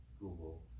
google